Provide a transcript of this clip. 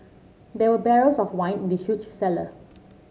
there were barrels of wine in the huge cellar